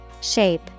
Shape